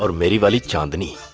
um is chandini.